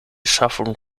schaffung